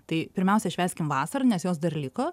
tai pirmiausia švęskim vasarą nes jos dar liko